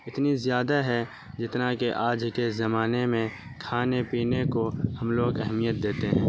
اتنی زیادہ ہے جتنا کہ آج کے زمانے میں کھانے پینے کو ہم لوگ اہمیت دیتے ہیں